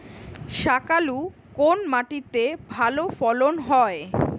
শাকালু কোন মাটিতে ভালো ফলন হয়?